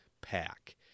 pack